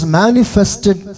manifested